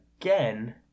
again